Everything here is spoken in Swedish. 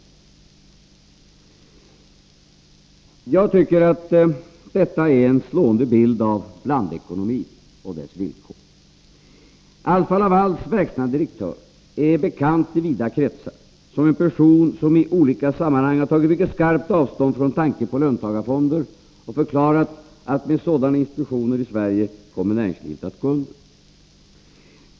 Jag tycker att detta är en slående bild av blandekonomi och dess villkor. Alfa Lavals verkställande direktör är i vida kretsar bekant som en person som i olika sammanhang tagit mycket skarpt avstånd från tanken på löntagarfonder och förklarat att med sådana institutioner i Sverige kommer näringslivet att gå under.